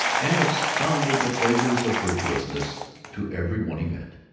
and expounded the pleasures of virtuousness to every one he met.